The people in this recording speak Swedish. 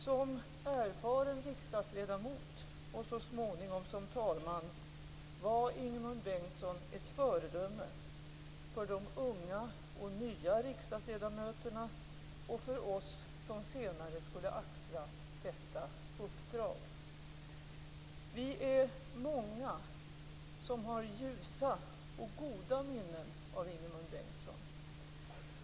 Som erfaren riksdagsledamot, och så småningom som talman, var Ingemund Bengtsson ett föredöme för de unga och nya riksdagsledamöterna och för oss som senare skulle axla detta uppdrag. Vi är många som har ljusa och goda minnen av Ingemund Bengtsson.